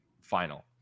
final